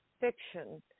fiction